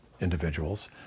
individuals